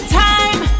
time